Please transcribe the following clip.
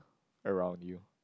around you